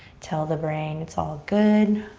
tell the brain it's all good,